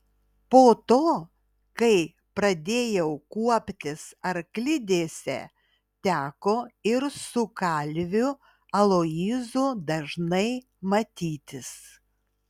po to kai pradėjau kuoptis arklidėse teko ir su kalviu aloyzu dažnai matytis